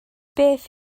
beth